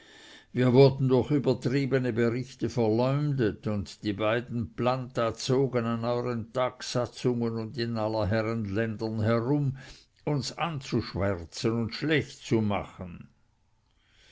wir wurden durch übertriebene berichte verleumdet und die beiden planta zogen an euern tagsatzungen und in aller herren ländern herum uns anzuschwärzen und schlechtzumachen der